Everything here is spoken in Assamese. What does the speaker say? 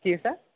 কি কৈছা